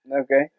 Okay